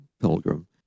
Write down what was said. pilgrim